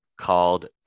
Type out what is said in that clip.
Called